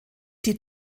die